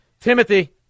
Timothy